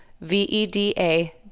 v-e-d-a